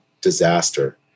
disaster